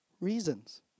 reasons